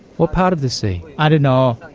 what part of the sea? i don't know,